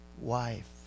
wife